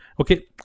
okay